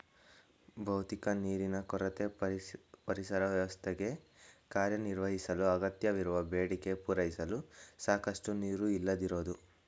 ಭೌತಿಕ ನೀರಿನ ಕೊರತೆ ಪರಿಸರ ವ್ಯವಸ್ಥೆಗೆ ಕಾರ್ಯನಿರ್ವಹಿಸಲು ಅಗತ್ಯವಿರುವ ಬೇಡಿಕೆ ಪೂರೈಸಲು ಸಾಕಷ್ಟು ನೀರು ಇಲ್ಲದಿರೋದು